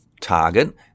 target